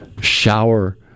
shower